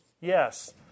Yes